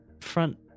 front